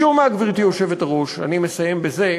משום מה, גברתי היושבת-ראש, אני מסיים בזה,